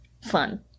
Fun